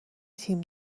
تیم